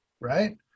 right